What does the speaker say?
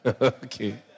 Okay